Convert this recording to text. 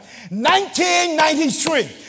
1993